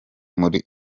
muri